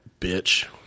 Bitch